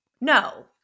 No